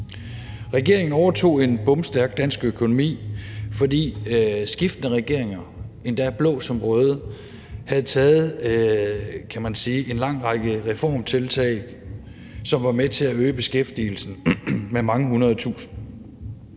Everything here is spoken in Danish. Regeringen overtog en bomstærk dansk økonomi, fordi skiftende regeringer, endda blå som røde, havde taget, kan man sige, en lang række reformtiltag, som var med til at øge beskæftigelsen med mange hundredetusinde.